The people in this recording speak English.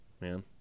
man